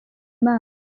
imana